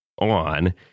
on